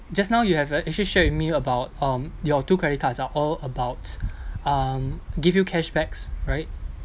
just now you have uh actually share with me about um your two credit cards are all about um give you cashbacks right